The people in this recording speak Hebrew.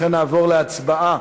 לכן נעבור להצבעה